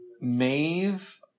Maeve